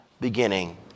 beginning